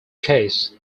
case